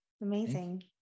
amazing